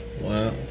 wow